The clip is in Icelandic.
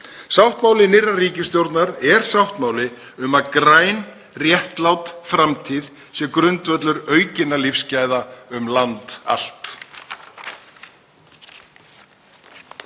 Sáttmáli nýrrar ríkisstjórnar er sáttmáli um að græn réttlát framtíð sé grundvöllur aukinna lífsgæða um land allt.